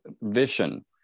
vision